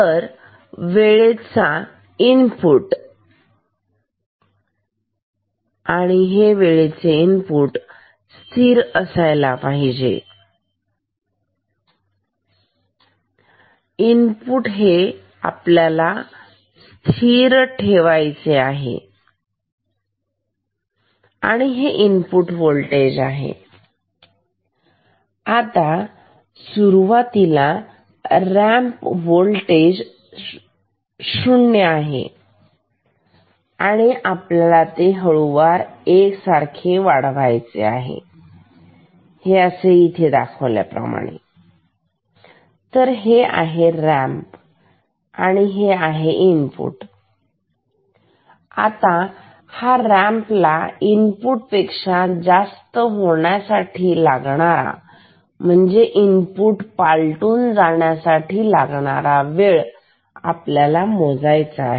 तर वेळेचा इनपुट आहे इनपुट स्थिर असायला पाहिजे इनपुट हे स्थिर ठेवायचे आहे आणि हे इनपुट व्होल्टेज आहे आता सुरुवातीला रॅम्प वोल्टेज 0 आहे आणि ते हळुवार वाढत आहे एकसारखे वाढते आहे इथे दाखवल्या प्रमाणे तर हे आहे रॅम्प हे आहे इनपुट आता हा रॅम्पला इनपुट पेक्षा जास्त होण्यासाठी लागणारा इनपुट पालटून जाण्यासाठी लागणारा वेळ आहे